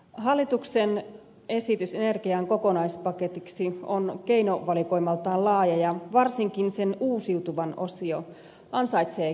hallituksen esitys energian kokonaispaketiksi on keinovalikoimaltaan laaja ja varsinkin sen uusiutuvan osio ansaitsee kiitosta